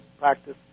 practice